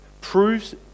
proves